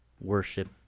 worship